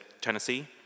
Tennessee